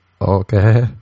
okay